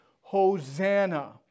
Hosanna